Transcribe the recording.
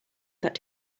that